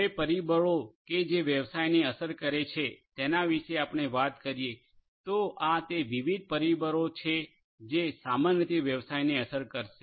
હવે પરિબળો કે જે વ્યવસાયને અસર કરે છે તેના વિશે આપણે વાત કરીએ તો આ તે વિવિધ પરિબળો છે જે સામાન્ય રીતે વ્યવસાયને અસર કરશે